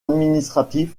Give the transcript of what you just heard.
administratif